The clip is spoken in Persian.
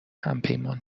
همپیمان